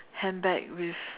handbag with